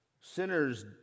Sinners